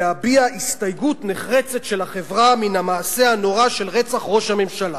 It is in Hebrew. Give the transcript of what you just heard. להביע הסתייגות נחרצת של החברה מן המעשה הנורא של רצח ראש הממשלה.